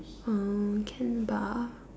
oh can bah